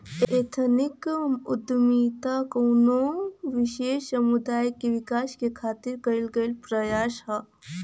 ethnic उद्दमिता कउनो विशेष समुदाय क विकास क खातिर कइल गइल प्रयास हउवे